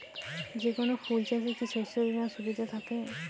যেকোন ফুল চাষে কি শস্য বিমার সুবিধা থাকে?